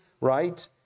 right